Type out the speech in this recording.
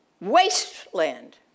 wasteland